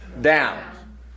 Down